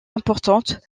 importante